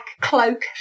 cloak